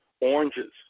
oranges